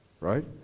Right